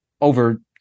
over